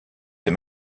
ces